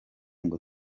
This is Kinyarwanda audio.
ngo